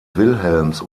wilhelms